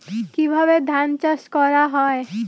কিভাবে ধান চাষ করা হয়?